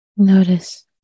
Notice